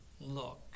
look